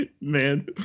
Man